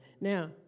Now